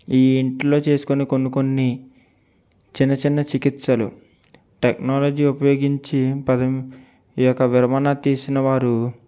ఈ ఇంట్లో చేసుకుని కొన్ని కొన్ని చిన్న చిన్న చికిత్సలు టెక్నాలజీ ఉపయోగించి పదవి ఈ యొక విరమణ తీసినవారు